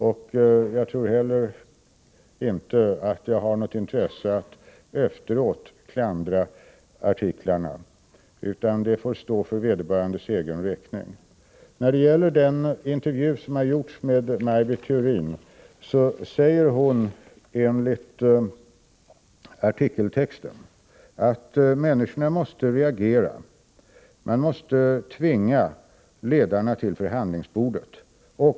Jag tror heller inte att jag har något intresse av att efteråt klandra artiklarna, utan de får stå för vederbörandes egen räkning. När det gäller den intervju som har gjorts med Maj Britt Theorin vill jag peka på att hon enligt artikeltexten säger att människorna måste reagera — man måste tvinga ledarna till förhandlingsbordet.